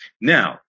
Now